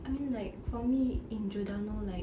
I mean like for me in giordano like